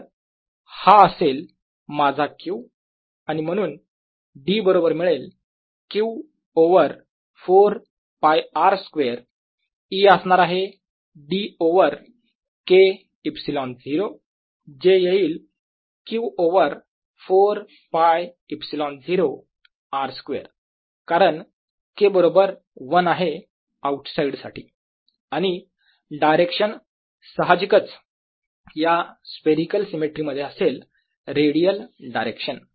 तर हा असेल माझा Q आणि म्हणून D बरोबर मिळेल Q over 4 π r square E असणार आहे D ओवर K ε0 जे येईल Q ओवर 4 π ε0 r स्क्वेअर कारण K बरोबर 1 आहे आऊटसाईड साठी आणि डायरेक्शन सहाजिकच या स्पेहरीकल सिमेट्री मध्ये असेल रेडियल डायरेक्शन